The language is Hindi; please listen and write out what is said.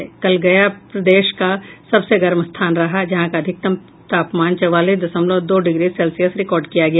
गया कल प्रदेश का सबसे गर्म स्थान रहा जहां का अधिकतम तापमान चौवालीस दशमलव दो डिग्री सेल्सियस रिकार्ड किया गया